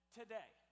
today